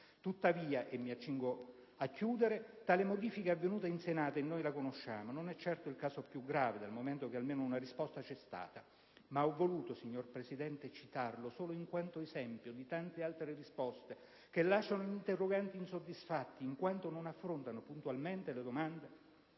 Tuttavia - e mi accingo a concludere - tale modifica è avvenuta in Senato, e noi la conosciamo. Non è certo il caso più grave, dal momento che almeno una risposta c'è stata, ma ho voluto citarlo, signor Presidente, solo in quanto esempio di tante altre risposte che lasciano l'interrogante insoddisfatto in quanto non affrontano puntualmente le domande